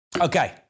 Okay